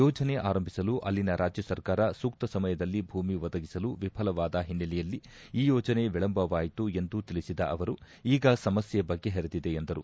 ಯೋಜನೆ ಆರಂಭಿಸಲು ಅಲ್ಲಿನ ರಾಜ್ಯ ಸರ್ಕಾರ ಸೂಕ್ತ ಸಮಯದಲ್ಲಿ ಭೂಮಿ ಒದಗಿಸಲು ವಿಫಲವಾದ ಹಿನ್ನೆಲೆಯಲ್ಲಿ ಈ ಯೋಜನೆ ವಿಳಂಬವಾಯಿತು ಎಂದು ತಿಳಿಸಿದ ಅವರು ಈಗ ಸಮಸ್ಯೆ ಬಗೆಹರಿದಿದೆ ಎಂದರು